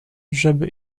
żeby